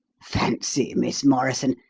fancy, miss morrison,